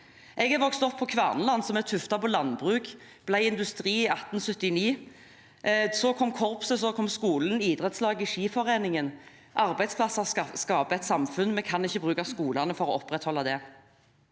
Jeg har vokst opp på Kvernaland, som er tuftet på landbruk, og hvor det kom industri i 1879. Så kom korpset, skolen, idrettslaget og skiforeningen. Arbeidsplasser skaper et samfunn. Vi kan ikke bruke skolene til å opprettholde det.